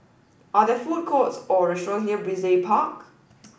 are there food courts or restaurants near Brizay Park